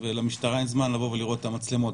ולמשטרה אין זמן להגיע ולראות את המצלמות,